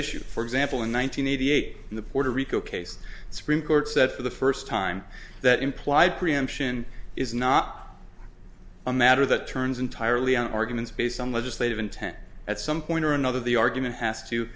issue for example in one thousand nine hundred eight in the puerto rico case supreme court said for the first time that implied preemption is not a matter that turns entirely arguments based on legislative intent at some point or another the argument has to